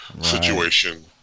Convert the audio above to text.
situation